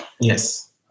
Yes